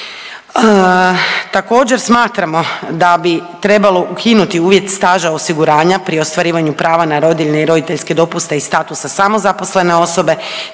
Također, smatramo da bi trebalo ukinuti uvjet staža osiguranja pri ostvarivanju prava na rodiljne i roditeljske dopuste iz statusa samozaposlene osobe